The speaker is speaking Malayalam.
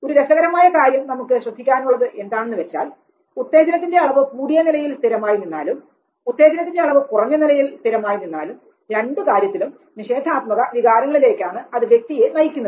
ഒരു രസകരമായ കാര്യം നമുക്ക് ശ്രദ്ധിക്കാനുള്ളത് എന്താണെന്ന് വെച്ചാൽ ഉത്തേജനത്തിന്റെ അളവ് കൂടിയ നിലയിൽ സ്ഥിരമായി നിന്നാലും ഉത്തേജനത്തിന്റെ അളവ് കുറഞ്ഞ നിലയിൽ സ്ഥിരമായി നിന്നാലും രണ്ടു കാര്യത്തിലും നിഷേധാത്മക വികാരങ്ങളിലേക്കാണ് അത് വ്യക്തിയെ നയിക്കുന്നത്